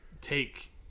take